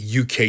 UK